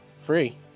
free